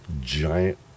giant